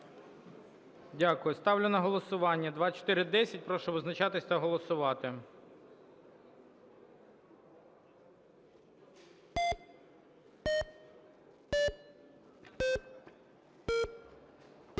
Дякую. Ставлю на голосування 2411. Прошу визначатись та голосувати.